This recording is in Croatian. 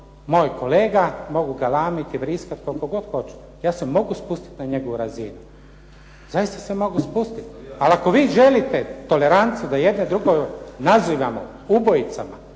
moj kolega, mogu galamit i vriskat koliko god hoću. Ja se mogu spustit na njegovu razinu, zaista se mogu spustit, ali ako vi želite toleranciju da jedni druge nazivamo ubojicama